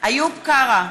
איוב קרא,